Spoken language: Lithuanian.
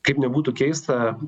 kaip nebūtų keista